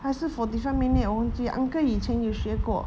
还是 forty five minute 我忘记 uncle 以前有学过